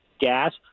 gas